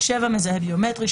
(7)מזהה ביומטרי,